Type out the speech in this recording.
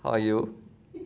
how are you